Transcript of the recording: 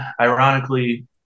ironically